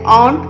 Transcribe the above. on